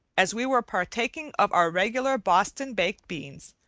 as we were partaking of our regular boston baked beans,